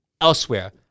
elsewhere